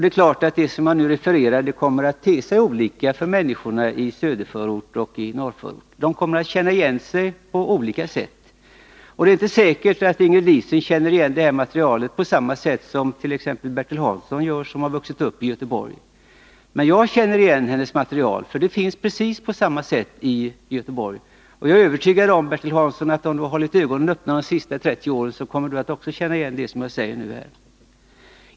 Det är klart att det jag nu refererar kommer att te sig olika för människorna i söderförort och norrförort. De kommer att känna igen sig på olika sätt. Det är inte säkert att Ingrid Diesen känner igen det här materialet på samma sätt som t.ex. Bertil Hansson gör som vuxit upp i Göteborg. Men jag känner igen materialet, för det finns på precis samma sätt i Göteborg. Jag är övertygad om att ifall Bertil Hansson hållit ögonen öppna under de senaste 30 åren så kommer han också att känna igen det som jag säger nu.